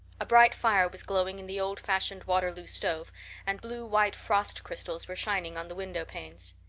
a bright fire was glowing in the old-fashioned waterloo stove and blue-white frost crystals were shining on the windowpanes.